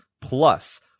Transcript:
plus